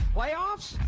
Playoffs